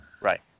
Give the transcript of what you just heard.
Right